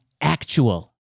actual